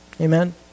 Amen